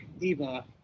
Eva